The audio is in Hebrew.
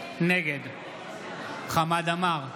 נגד חמד עמאר,